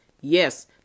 Yes